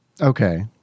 Okay